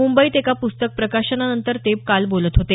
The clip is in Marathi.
मुंबईत एका पुस्तक प्रकाशनानंतर ते बोलत होते